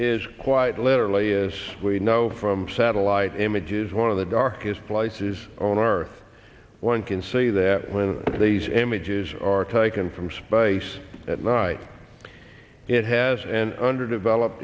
is quite literally as we know from satellite images one of the darkest places on earth one can see that when these images are taken from space at night it has an underdeveloped